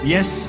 Yes